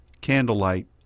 candlelight